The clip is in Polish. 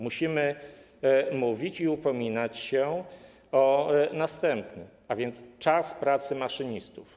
Musimy mówić i upominać się o następny, a więc czas pracy maszynistów.